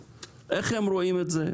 איך הם רואים את זה,